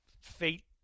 fate